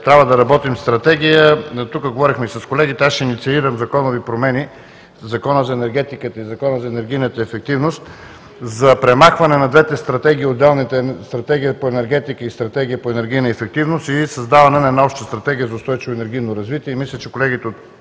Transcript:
трябва да изработим стратегия – говорихме с колегите, ще инициирам законови промени в Закона за енергетиката и в Закона за енергийната ефективност за премахване на двете стратегии: Стратегия по енергетика и Стратегия по енергийна ефективност, и създаване на обща стратегия за устойчиво енергийно развитие.